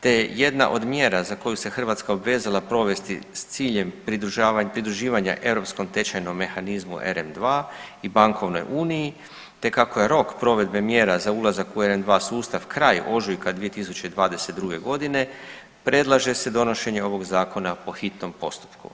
te je jedna od mjera za koju se Hrvatska obvezala provesti s ciljem pridruživanja Europskom tečajnom mehanizmu ERM 2 i bankovnoj uniji, te kako je rok provedbe mjera za ulazak u ERM 2 sustav kraj ožujka 2022.g. predlaže se donošenje ovog zakona po hitnom postupku.